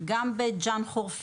גם בית ג'ן-חורפיש,